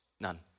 None